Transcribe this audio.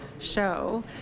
show